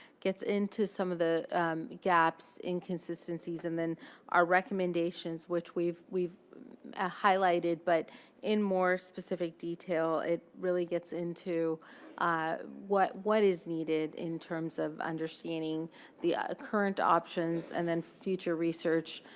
gets into some of the gaps, inconsistencies, and then our recommendations, which we've we've ah highlighted, but in more specific detail. it really gets into what what is needed in terms of understanding the current options and then future research.